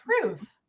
truth